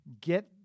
Get